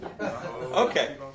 Okay